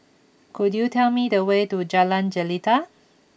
could you tell me the way to Jalan Jelita